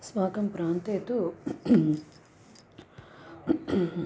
अस्माकं प्रान्ते तु